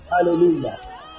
Hallelujah